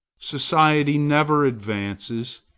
society never advances.